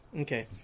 Okay